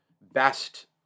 best